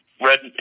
red